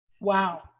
Wow